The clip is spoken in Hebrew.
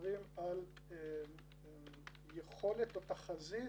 מדברים על יכולת או תחזית